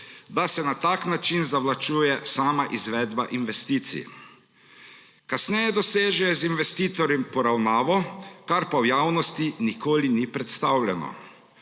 da se na tak način zavlačuje sama izvedba investicij. Kasneje dosežejo z investitorjem poravnavo, kar pa v javnosti nikoli ni predstavljeno.